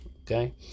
okay